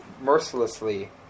mercilessly